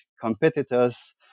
competitors